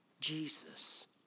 Jesus